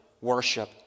worship